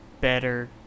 better